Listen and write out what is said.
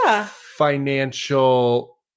financial